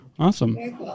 Awesome